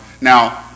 Now